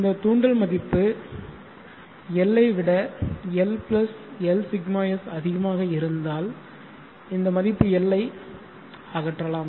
இந்த தூண்டல் மதிப்பு L ஐ விட L plus Lσs அதிகமாக இருந்தால் இந்த மதிப்பு L ஐ அகற்றலாம் அகற்றலாம்